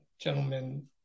gentlemen